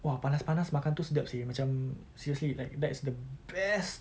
!wah! panas-panas makan itu sedap seh macam seriously like that's the best